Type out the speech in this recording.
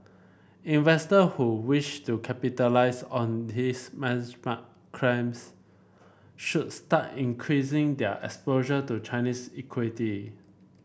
investor who wish to capitalise on his mark climbs should start increasing their exposure to Chinese equity